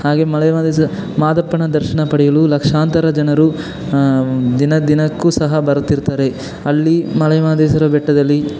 ಹಾಗೇ ಮಲೆ ಮಾದೇಶ್ವರ ಮಾದಪ್ಪನ ದರ್ಶನ ಪಡೆಯಲು ಲಕ್ಷಾಂತರ ಜನರು ದಿನ ದಿನಕ್ಕೂ ಸಹ ಬರುತ್ತಿರುತ್ತಾರೆ ಅಲ್ಲಿ ಮಲೆ ಮಾದೇಶ್ವರ ಬೆಟ್ಟದಲ್ಲಿ